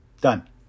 Done